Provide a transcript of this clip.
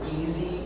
easy